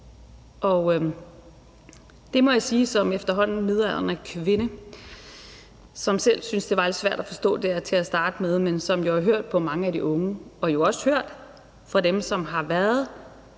en ny kultur. Som efterhånden midaldrende kvinde, som selv synes, at det her var lidt svært at forstå til at starte med, men som jo har hørt på mange af de unge og også hørt fra dem, som har været